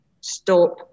stop